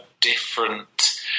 different